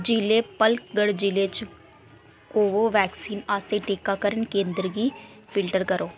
जि'ले पलक्कड़ जि'ले च कोवोवैक्स वैक्सीन आस्तै टीकाकरण केंद्र गी फिल्टर करो